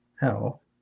hell